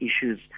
issues